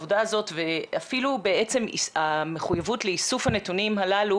אפילו בעצם המחויבות לאיסוף הנתונים הללו,